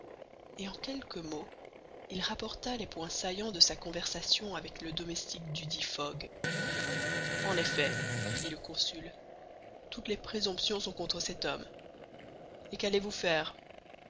et en quelques mots il rapporta les points saillants de sa conversation avec le domestique dudit fogg en effet dit le consul toutes les présomptions sont contre cet homme et qu'allez-vous faire